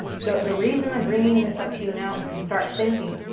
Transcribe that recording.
so, the reason i'm bringing this up to you now is to start thinking,